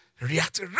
react